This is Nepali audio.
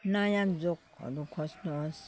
नयाँ जोकहरू खोज्नुहोस्